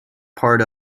part